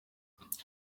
icyo